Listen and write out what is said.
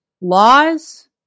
laws